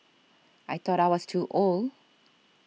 I thought I was too old